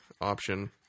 option